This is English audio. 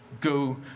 Go